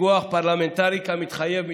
פיקוח פרלמנטרי, כמתחייב מתפקידנו.